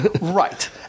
Right